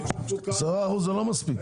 10% זה לא מספיק.